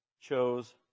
chose